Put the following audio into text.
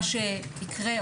ממה שיקרה,